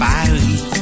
Paris